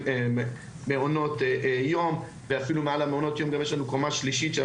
ומה שאני